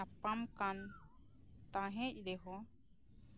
ᱧᱟᱯᱟᱢ ᱠᱟᱱ ᱛᱟᱸᱦᱮᱜ ᱨᱮᱦᱚᱸ